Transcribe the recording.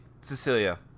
Cecilia